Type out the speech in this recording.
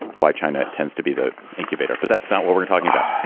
why china tends to be the incubator. but that's not what we're talking about.